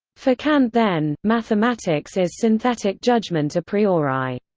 for kant then, mathematics is synthetic judgment a priori.